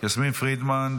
יסמין פרידמן,